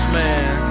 man